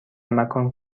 مکان